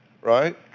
right